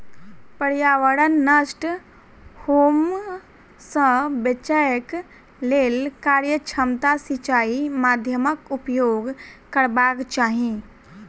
पर्यावरण नष्ट होमअ सॅ बचैक लेल कार्यक्षमता सिचाई माध्यमक उपयोग करबाक चाही